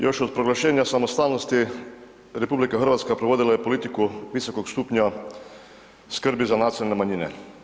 Još od proglašenja samostalnosti, RH provodila je politiku visokog stupnja skrbi za nacionalne manjine.